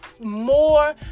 more